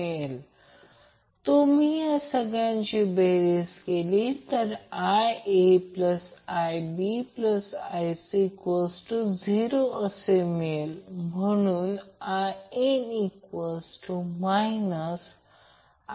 जर Vnb जाणून घ्यायचे असेल तर ते त्याचप्रमाणे Vnb असेल जे संचामध्ये याच्या विरुद्ध असेल म्हणूनच ते Vnb असे लिहिले आहे